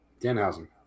Danhausen